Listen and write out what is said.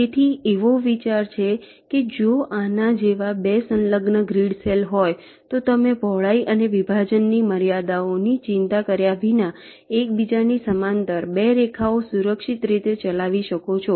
તેથી એવો વિચાર છે કે જો આના જેવા 2 સંલગ્ન ગ્રીડ સેલ હોય તો તમે પહોળાઈ અને વિભાજનની મર્યાદાઓની ચિંતા કર્યા વિના એકબીજાની સમાંતર 2 રેખાઓ સુરક્ષિત રીતે ચલાવી શકો છો